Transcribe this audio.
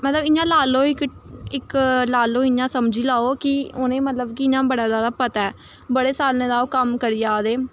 मतलब इ'यां ला लो इक इक ला लो इ'यां समझी लाओ कि उ'नेंगी मतलब कि इ'यां बड़ा जैदा पता ऐ बड़े सालें दा ओह् कम्म करी जा'रदे